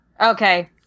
okay